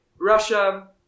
Russia